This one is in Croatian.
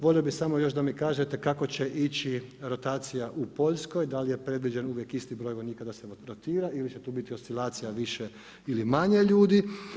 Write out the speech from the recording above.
Volio bih samo još da mi kažete kako će ići rotacija u Poljskoj, da li je predviđen uvijek isti broj vojnika da se rotira ili će tu biti oscilacija više ili manje ljudi.